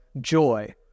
joy